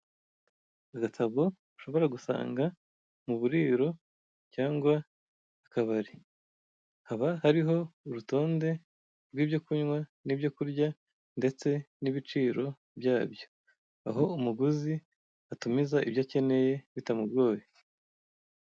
Agatabo ushobora gusanga mu buriro cyangwa mu kabari. Haba hariho urutonde rwibyo kunywa nibyo kurya ndetse n'ibiciro byabyo. Aho umuguzi atumiza ibyo akeneye bitamugoye.